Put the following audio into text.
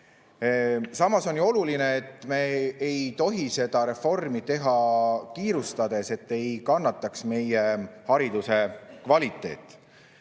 on oluline, et me ei teeks seda reformi kiirustades, et ei kannataks meie hariduse kvaliteet.